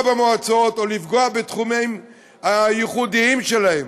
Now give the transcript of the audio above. במועצות או לפגוע בתחומים הייחודיים שלהן.